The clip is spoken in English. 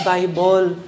Bible